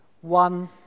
one